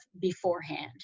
beforehand